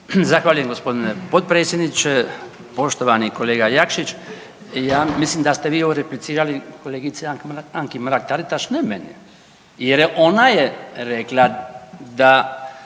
Zahvaljujem g. potpredsjedniče, poštovani kolega Jakšić. Ja mislim da ste vi ovdje replicirali kolegici Anki Mrak-Taritaš, ne meni jer je ona je rekla da